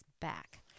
back